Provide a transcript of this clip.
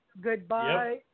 goodbye